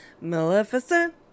Maleficent